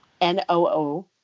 N-O-O